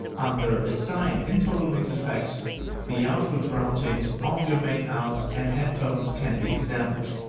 under, assign in totalmix fx the output routings of your main outs and headphones can be examined.